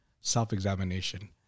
self-examination